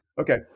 Okay